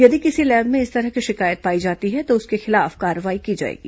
यदि किसी लैब में इस तरह की शिकायत पाई जाती है तो उसके खिलाफ कार्रवाई की जाएगी